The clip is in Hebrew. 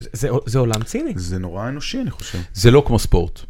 זה עולם ציני. זה נורא אנושי, אני חושב. זה לא כמו ספורט.